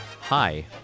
hi